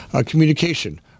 communication